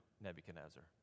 Nebuchadnezzar